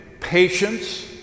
patience